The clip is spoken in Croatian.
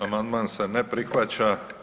Amandman se ne prihvaća.